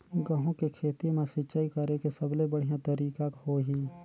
गंहू के खेती मां सिंचाई करेके सबले बढ़िया तरीका होही?